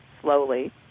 slowly